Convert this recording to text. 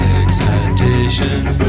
excitations